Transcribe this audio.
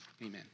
Amen